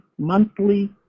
monthly